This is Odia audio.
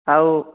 ଆଉ